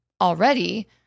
already